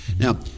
Now